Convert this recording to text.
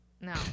No